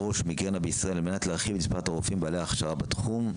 ראש ומיגרנה בישראל על מנת להרחיב את מספר הרופאים בעלי הכשרה בתחום,